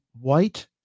white